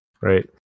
Right